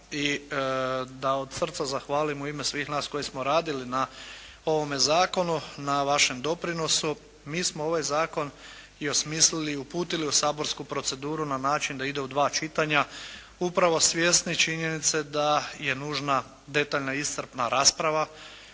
i da od srca zahvalim u ime svih nas koji smo radili na ovome Zakonu na vašem doprinosu. Mi smo ovaj Zakon i osmislili, uputili u saborsku proceduru na način da ide u dva čitanja upravo svjesni činjenice da je nužna detaljna iscrpna rasprava